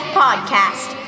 podcast